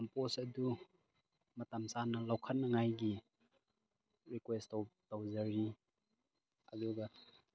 compost ꯑꯗꯨ ꯃꯇꯝ ꯆꯥꯅ ꯂꯧꯈꯠꯅꯡꯉꯥꯏ ꯔꯤꯀ꯭ꯋꯦꯁ ꯇꯧꯖꯔꯤ ꯑꯗꯨꯒ